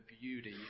beauty